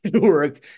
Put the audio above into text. work